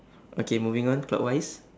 okay moving on clockwise